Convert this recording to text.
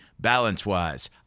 balance-wise